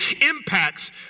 impacts